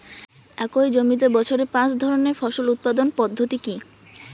একই জমিতে বছরে পাঁচ ধরনের ফসল উৎপাদন পদ্ধতি কী?